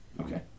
Okay